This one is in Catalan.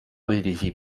dirigir